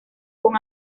con